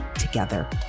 together